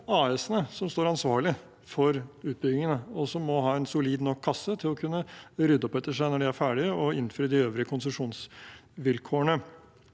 AS-ene som står ansvarlig for utbyggingene, og som må ha en solid nok kasse til å kunne rydde opp etter seg når de er ferdig, og innfri de øvrige konsesjonsvilkårene.